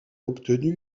obtenu